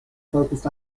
focused